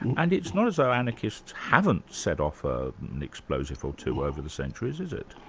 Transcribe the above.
and it's not as though anarchists haven't set off ah an explosive or two over the centuries, is it?